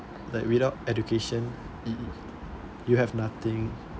like without education you have nothing